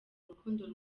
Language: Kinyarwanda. urukundo